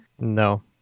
No